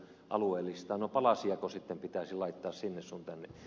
no palasiako sitten pitäisi laittaa sinne sun tänne